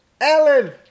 Ellen